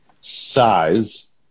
size